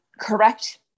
correct